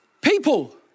people